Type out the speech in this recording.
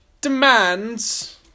demands